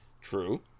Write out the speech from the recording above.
True